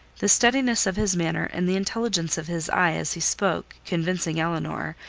the steadiness of his manner, and the intelligence of his eye as he spoke, convincing elinor,